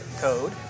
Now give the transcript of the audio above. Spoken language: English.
code